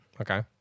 Okay